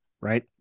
right